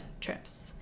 trips